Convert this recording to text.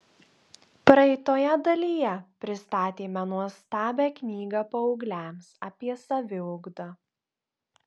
praeitoje dalyje pristatėme nuostabią knygą paaugliams apie saviugdą